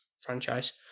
franchise